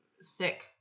sick